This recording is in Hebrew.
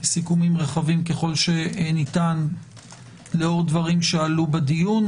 סיכומים רחבים ככל הניתן לאור דברים שעלו בדיון,